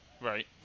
Right